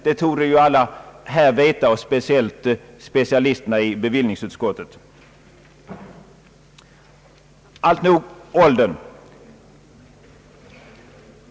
Det torde vi alla här känna till och särskilt specialisterna i bevillningsutskottet. Alltnog — åldern.